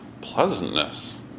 pleasantness